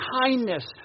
kindness